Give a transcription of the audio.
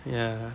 ya